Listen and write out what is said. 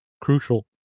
crucial